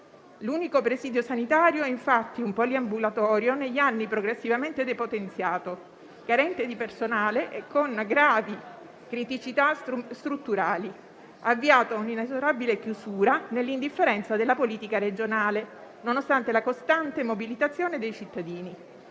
L'unico presidio sanitario è infatti un poliambulatorio negli anni progressivamente depotenziato, carente di personale e con gravi criticità strutturali, avviato a un'inesorabile chiusura nell'indifferenza della politica regionale, nonostante la costante mobilitazione dei cittadini.